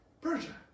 Persia